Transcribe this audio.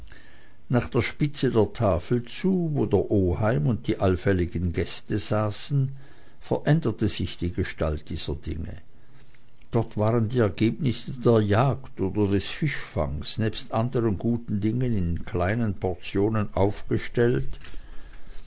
nach der spitze der tafel zu wo der oheim und die allfälligen gäste saßen veränderte sich die gestalt dieser dinge dort waren die ergebnisse der jagd oder des fischfanges nebst anderen guten dingen in kleinen portionen aufgestellt